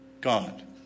God